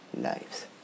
lives